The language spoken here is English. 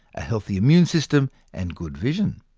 a healthy immune system and good vision.